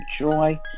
joy